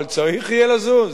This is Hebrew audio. אבל צריך יהיה לזוז,